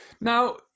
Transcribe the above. Now